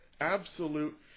absolute